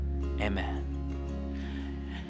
Amen